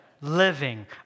living